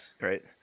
Right